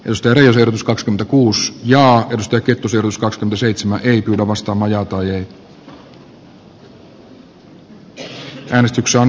nostele liotuskakskymmentäkuus ja jostakin kysymys koska seitsemää eri mietintöä vastaan